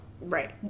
right